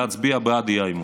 להצביע בעד האי-אמון.